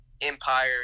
empire